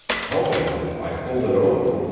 helping her, i pulled it open,